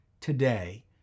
today